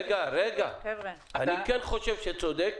אני כן חושב שצודק